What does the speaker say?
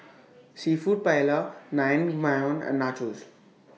Seafood Paella Naengmyeon and Nachos